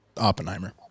Oppenheimer